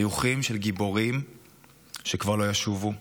חיוכים של גיבורים שכבר לא ישובו,